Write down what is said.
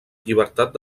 llibertat